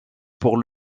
pour